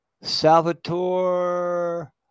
Salvatore